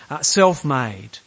self-made